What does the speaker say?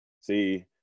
See